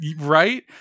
Right